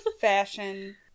fashion